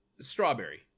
strawberry